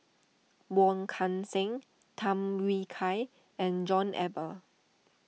Wong Kan Seng Tham Yui Kai and John Eber